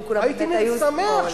אם כולם באמת היו שמאל,